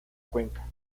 cuenca